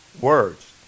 words